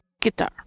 Guitar